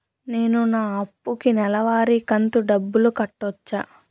నేను నా అప్పుకి నెలవారి కంతు డబ్బులు కట్టొచ్చా?